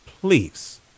Please